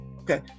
Okay